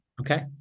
Okay